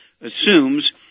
assumes